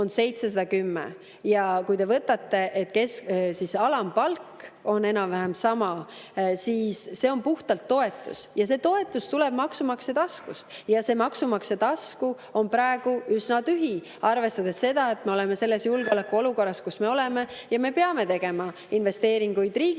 Kui te võtate, et alampalk on enam-vähem sama, siis see on puhtalt toetus. See toetus tuleb maksumaksja taskust, aga see maksumaksja tasku on praegu üsna tühi, arvestades seda, et me oleme selles julgeolekuolukorras, kus me oleme, ja me peame tegema investeeringuid riigikaitsesse.